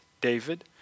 David